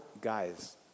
guys